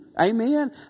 Amen